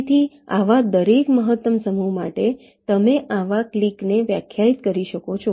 તેથી આવા દરેક મહત્તમ સમૂહ માટે તમે આવા ક્લીક ને વ્યાખ્યાયિત કરી શકો છો